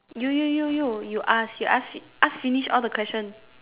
you you you you you ask you ask ask finish all the question